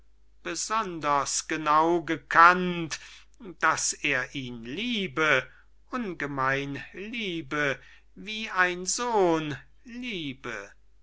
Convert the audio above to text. besonders genau gekannt daß er ihn liebe ungemein liebe wie ein sohn liebe